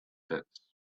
pits